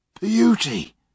Beauty